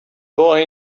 boy